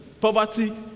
poverty